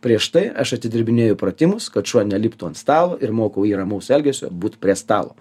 prieš tai aš atidirbinėju pratimus kad šuo neliptų ant stalo ir mokau jį ramaus elgesio būt prie stalo